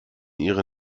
ihre